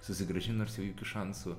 susigrąžint nors jau jokių šansų